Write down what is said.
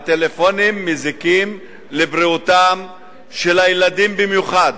הטלפונים מזיקים לבריאותם של הילדים במיוחד.